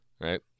right